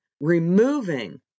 removing